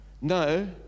No